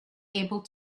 able